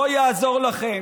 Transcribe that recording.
לא יעזור לכם.